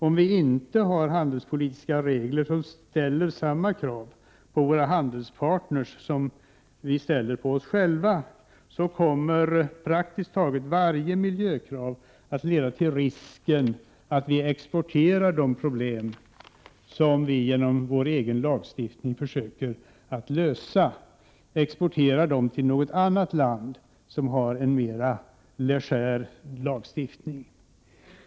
Om vi inte har handelspolitiska regler som ställer samma krav på våra handelspartner som på oss själva, så kommer praktiskt taget varje miljökrav att leda till risken att vi exporterar de problem vi genom vår lagstiftning försöker lösa till något annat land, som har en mer legär lagstiftning.